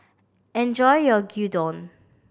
enjoy your Gyudon